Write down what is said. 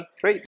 Great